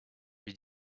lui